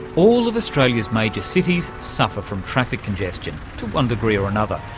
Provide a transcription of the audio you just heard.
all of australia's major cities suffer from traffic congestion, to one degree or another.